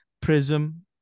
Prism